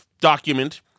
document